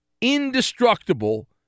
indestructible